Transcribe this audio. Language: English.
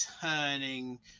turning